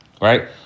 Right